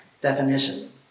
definition